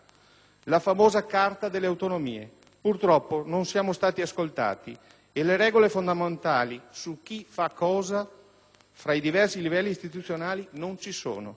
(la famosa Carta delle autonomie). Purtroppo non siamo stati ascoltati e le regole fondamentali su "chi fa cosa" fra i diversi livelli istituzionali non ci sono.